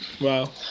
Wow